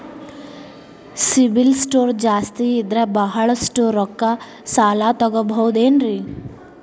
CIBIL score ಜಾಸ್ತಿ ಇದ್ರ ಬಹಳಷ್ಟು ರೊಕ್ಕ ಸಾಲ ತಗೋಬಹುದು ಏನ್ರಿ?